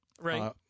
Right